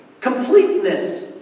completeness